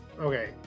okay